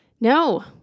No